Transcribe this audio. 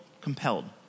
compelled